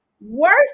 Worst